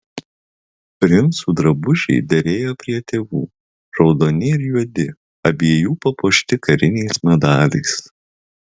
princų drabužiai derėjo prie tėvų raudoni ir juodi abiejų papuošti kariniais medaliais